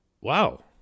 wow